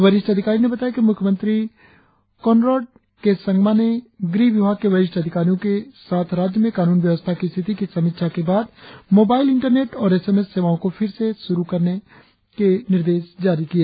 वरिष्ठ अधिकारी ने बताया कि मुख्यमंत्री कॉनेड के संगमा ने गृह विभाग के वरिष्ठ अधिकारियों के साथ राज्य में कानून व्यवस्था की स्थिति की समीक्षा के बाद मोबाइल इंटरनेंट और एस एम एस सेवाओं को फिर से फिर शुरु करने के निर्देश जारी किए